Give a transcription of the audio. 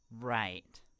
Right